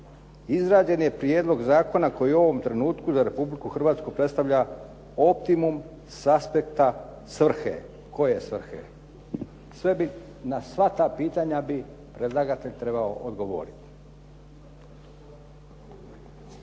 Izrađen je prijedlog zakona koji u ovom trenutku za Republiku Hrvatsku predstavlja optimum s aspekta svrhe. Koje svrhe? Na sva ta pitanja bi predlagatelj trebao odgovoriti.